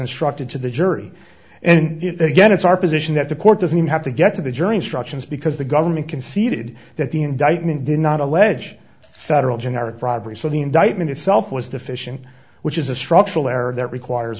instructed to the jury and again it's our position that the court doesn't have to get to the jury instructions because the government conceded that the indictment did not allege federal generic bribery so the indictment itself was deficient which is a structural error that requires